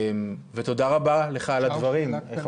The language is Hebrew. ותודה רבה לך על הדברים.